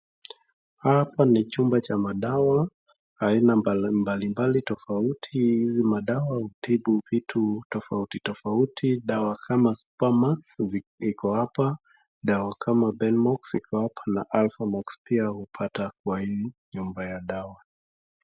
Hapa ni chumba cha dawa, aina mbali mbalimbali tofauti. Hizi dawa hutibu vitu tofauti tofauti. Dawa kama Supamax ziko hapa, dawa kama Benmax iko hapa na Alphamox pia hupata kwa hii nyumba ya dawa.